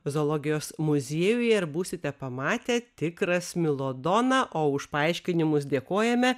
zoologijos muziejuje ir būsite pamatę tikrą smilodoną o už paaiškinimus dėkojame